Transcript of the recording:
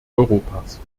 europas